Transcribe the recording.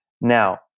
Now